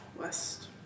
west